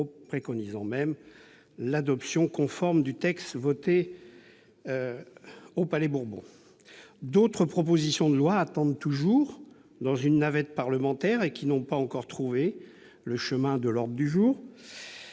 préconisant même l'adoption conforme du texte voté au Palais-Bourbon. D'autres propositions de loi attendent toujours dans la navette parlementaire et n'ont pas encore trouvé le chemin de l'ordre du jour.